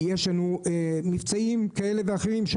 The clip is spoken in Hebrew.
יש לנו מבצעים כאלה ואחרים,